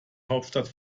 hauptstadt